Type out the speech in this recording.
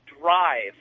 drive